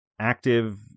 active